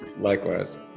Likewise